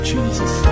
Jesus